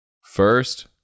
First